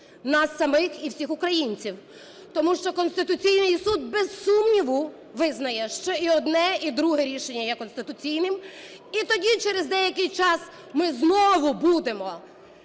нас самих і всіх українців. Тому що Конституційний Суд, без сумніву, визнає, що і одне, і друге рішення є конституційним. І тоді через деякий час ми знову будемо